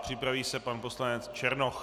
Připraví se pan poslanec Černoch.